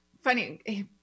funny